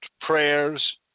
prayers